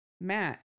Matt